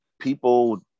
people